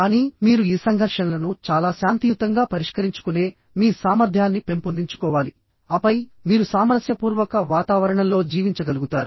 కానీ మీరు ఈ సంఘర్షణలను చాలా శాంతియుతంగా పరిష్కరించుకునే మీ సామర్థ్యాన్ని పెంపొందించుకోవాలి ఆపై మీరు సామరస్యపూర్వక వాతావరణంలో జీవించగలుగుతారు